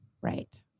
right